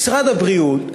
משרד הבריאות,